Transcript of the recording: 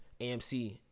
AMC